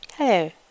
Hello